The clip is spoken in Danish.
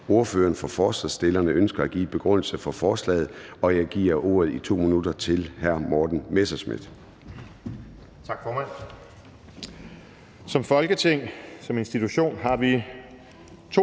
ordføreren for forslagsstillerne ønsker at give en begrundelse for forslaget, og jeg giver ordet i 2 minutter til hr. Morten Messerschmidt.